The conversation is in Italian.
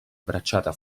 bracciata